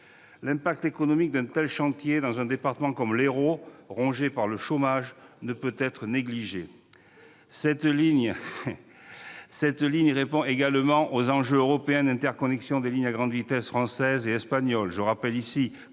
L'impact économique d'un tel chantier dans un département comme l'Hérault, rongé par le chômage, ne peut être négligé. Et l'Aude ! Cette ligne répond également aux enjeux européens d'interconnexion des lignes à grande vitesse françaises et espagnoles.